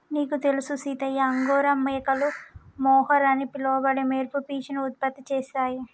నీకు తెలుసు సీతయ్య అంగోరా మేకలు మొహర్ అని పిలవబడే మెరుపు పీచును ఉత్పత్తి చేస్తాయి